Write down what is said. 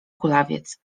kulawiec